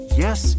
yes